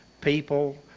people